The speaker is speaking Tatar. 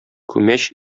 күмәч